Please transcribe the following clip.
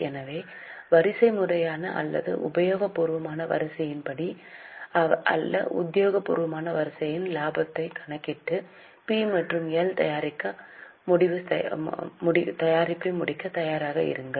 எனவே வரிசை முறையான அல்லது உத்தியோகபூர்வ வரிசையின் படி அல்ல உத்தியோகபூர்வ வரிசையில் இலாபத்தை கணக்கிட்டு பி மற்றும் எல் தயாரிப்பை முடிக்க தயார் செய்யுங்கள்